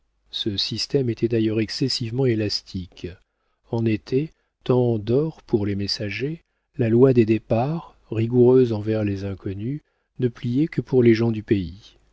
ce système était d'ailleurs excessivement élastique en été temps d'or pour les messagers la loi des départs rigoureuse envers les inconnus ne pliait que pour les gens du pays